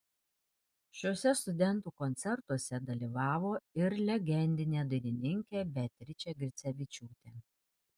šiuose studentų koncertuose dalyvavo ir legendinė dainininkė beatričė grincevičiūtė